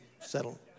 settle